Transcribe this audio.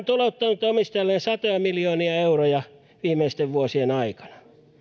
tulouttanut omistajalleen satoja miljoonia euroja viimeisten vuosien aikana